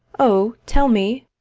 oh, tell me!